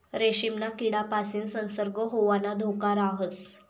रेशीमना किडापासीन संसर्ग होवाना धोका राहस